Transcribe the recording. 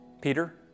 Peter